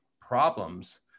problems